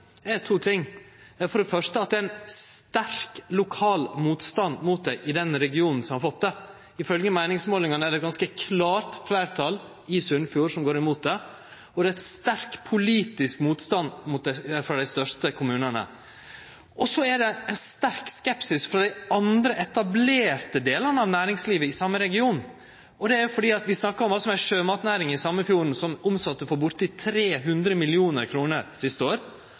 regionen som har fått det. Ifølgje meiningsmålingane er det eit ganske klart fleirtal i Sunnfjord som går imot det, og det er ein sterk politisk motstand mot det frå dei største kommunane. Så er det òg ein sterk skepsis frå dei andre etablerte delane av næringslivet i den same regionen, og det er fordi vi snakkar om kva som er sjømatnæring i same fjorden som omsette for borti 300 mill. kr siste år,